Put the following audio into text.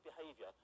behavior